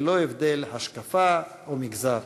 ללא הבדל השקפה או מגזר.